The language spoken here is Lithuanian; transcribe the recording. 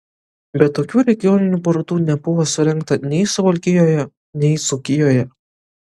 bet tokių regioninių parodų nebuvo surengta nei suvalkijoje nei dzūkijoje